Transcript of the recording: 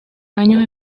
años